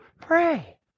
Pray